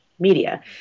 media